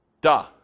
duh